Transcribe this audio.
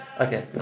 Okay